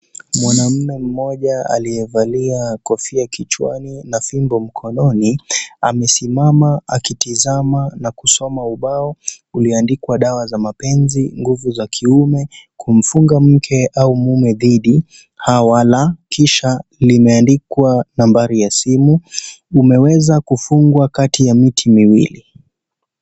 Mwanaume mmoja aliyevalia kofia kichwani na fimbo mkononi amesimama akitizama na kusoma ubao ulioandikwa dawa za mapenzi , nguvu za kiume , kumfunga mke au mume dhidi hawala kisha limeandikwa nambari ya simu , umeweza kufungwa kati ya miti miwili.